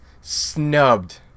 Snubbed